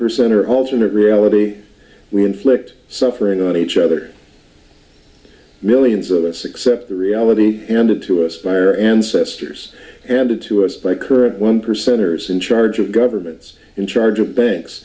percent or alternate reality we inflict suffering on each other millions of us accept the reality and it to us by our ancestors and to us by current one percenters in charge of governments in charge of banks